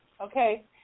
Okay